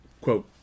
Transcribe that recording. quote